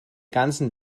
ganzen